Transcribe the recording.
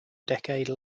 decade